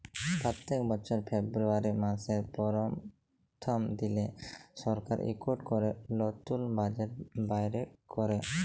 প্যত্তেক বছর ফেরবুয়ারি ম্যাসের পরথম দিলে সরকার ইকট ক্যরে লতুল বাজেট বাইর ক্যরে